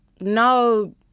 no